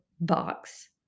box